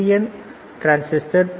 என் என்பதை transistor B